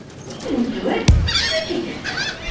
we didn't do it. scritchy did that.